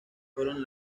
fueron